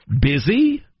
busy